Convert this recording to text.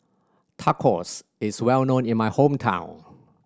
tacos is well known in my hometown